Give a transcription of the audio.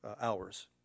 hours